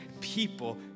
people